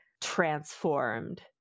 transformed